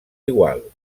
igual